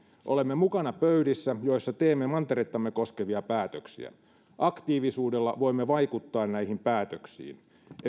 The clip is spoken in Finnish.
olemme mukana pöydissä joissa teemme manterettamme koskevia päätöksiä aktiivisuudella voimme vaikuttaa näihin päätöksiin